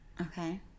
Okay